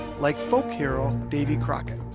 like folk hero davy crockett